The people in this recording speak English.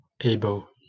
able